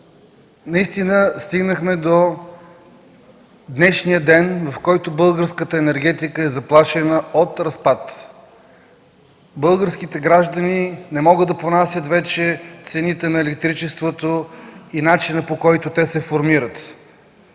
наистина стигнахме до днешния ден, в който българската енергетика е заплашена от разпад. Българските граждани не могат да понасят вече цените на електричеството и начина, по който те се формират.